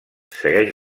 segueix